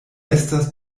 estas